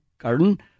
garden